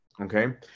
Okay